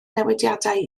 newidiadau